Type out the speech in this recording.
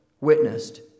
witnessed